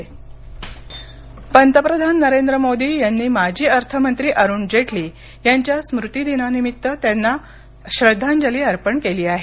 मोदी जेटली पंतप्रधान नरेंद्र मोदी यांनी माजी अर्थमंत्री अरुण जेटली यांच्या स्मृतीदिनानिमित्त त्यांना श्रद्धांजली अर्पण केली आहे